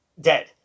dead